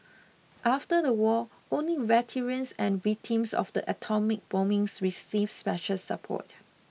after the war only veterans and victims of the atomic bombings received special support